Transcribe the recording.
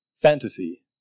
Fantasy